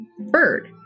bird